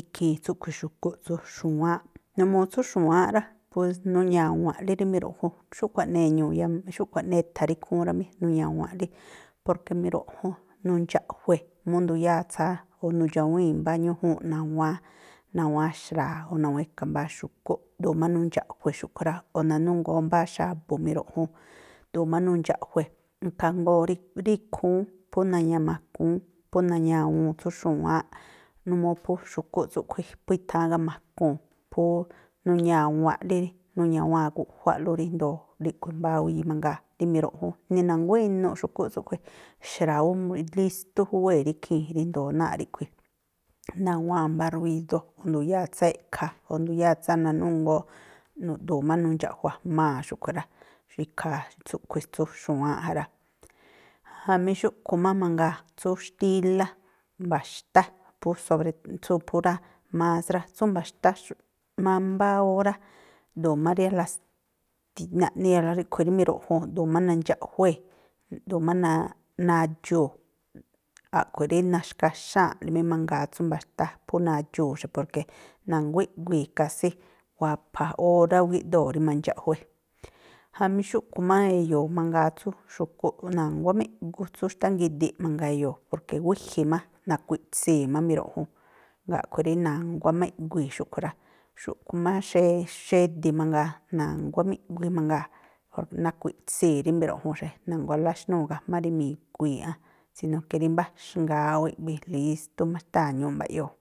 ikhiin tsúꞌkhui̱ xu̱kúꞌ tsú xu̱wáánꞌ. Numuu tsú xu̱wáánꞌ rá, pues nuña̱wa̱nꞌlí rí miruꞌjun, xúꞌkhui̱ jaꞌnii e̱ñu̱u̱ xúꞌkhui̱ jaꞌnii e̱tha̱ rí ikhúún rá mí. Nuña̱wa̱nꞌlí, porke miruꞌjun nundxa̱ꞌjue̱ mú nduyáa̱ tsáá, o̱ nudxawíi̱n mbá ñújuunꞌ nawáán, nawáán xra̱a̱ o̱ nawáán e̱ka̱ mbáá xu̱kúꞌ, ꞌdu̱u̱ má nundxa̱ꞌjue̱ xúꞌkhui̱ rá, o̱ nanúngoo mbáá xa̱bu̱ miruꞌjun, ꞌdu̱u̱ má nundxa̱ꞌjue̱, ikhaa jngóó, rí ikhúún phú na̱ña̱makúún, phú na̱ña̱wu̱un tsú xu̱wáánꞌ, numuu phú xu̱kúꞌ tsúꞌkhui̱ phú i̱tháa̱n gamakuu̱n, phú nuña̱wa̱nꞌlí, nuña̱waa̱n guꞌjuáꞌlú ríjndo̱o ríꞌkhui̱ mbáwii mangaa, rí miruꞌjun, ni na̱nguá inuꞌ xu̱kúꞌ tsúꞌkhui̱, xra̱ ú lístú júwée̱ rí ikhii̱n, ríndo̱o náa̱ꞌ ríꞌkhui̱ nawáán mbá ruídó, o̱ nduyáa̱ tsáá e̱ꞌkha̱, o̱ nduyáa̱ tsáá nanúngoo, nu̱ꞌdu̱u̱ má nundxa̱ꞌjua̱jmaa̱ xúꞌkhui̱ rá xú ikhaa tsúꞌkhui̱ tsú xu̱wáánꞌ ja rá. Jamí xúꞌkhui̱ má mangaa tsú xtílá, mba̱xtá, phú sobre tsú phú rá, más rá, tsú mba̱xtá mámbá órá ꞌdu̱u̱ má rí naꞌni ríꞌkhui̱ rí miruꞌjun ꞌdu̱u̱ má nandxaꞌjuée̱, ꞌdu̱u̱ má nadxuu̱, a̱ꞌkhui̱ rí naxkhaxáa̱nꞌlí mí mangaa tsú mba̱xtá, phú nadxuu̱ xa porke na̱nguá iꞌguii̱ kásí. Wapha, órá ú gíꞌdoo̱ rí mandxaꞌjué. Jamí xúꞌkhui̱ má e̱yo̱o̱ mangaa tsú xu̱kúꞌ, na̱nguá má iꞌgu tsú xtá ngidiꞌ mangaa e̱yo̱o̱, porke wíji̱ má, nakui̱ꞌtsii̱ má miruꞌjun, jngáa̱ aꞌkhui̱ rí na̱nguá má iꞌguii̱ xúꞌkhui̱ rá. Xúꞌkhui̱ má xe xedi̱ mangaa, na̱nguá má iꞌgui mangaa̱, nakui̱ꞌtsii̱ rí miruꞌjun xe, na̱nguá lá exnúu̱ gajmá rí mi̱gui ꞌán, sino ke rí mbáxngaa ú iꞌguii̱. Lístú má xtáa̱ ñúúꞌ mba̱ꞌyoo̱.